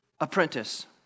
apprentice